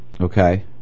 Okay